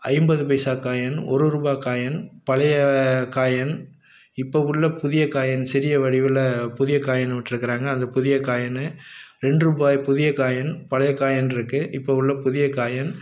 ஐம்பது பைசா காயின் ஒரு ரூபா காயின் பழைய காயின் இப்போது உள்ள புதிய காயின் சிறிய வடிவில் புதிய காயின் விட்டிருக்கிறாங்க அது புதிய காயினு ரெண்டு ரூபாய் புதிய காயின் பழைய காயின் இருக்குது இப்போ உள்ள புதிய காயின்